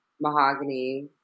mahogany